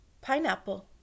pineapple